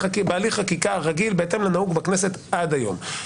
בהליך חקיקה רגיל בהתאם לנהוג בכנסת עד היום,